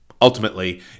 ultimately